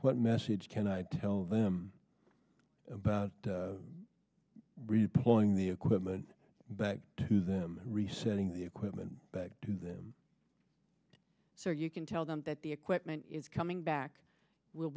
what message can i tell them about redeploying the equipment but resetting the equipment back to them so you can tell them that the equipment is coming back will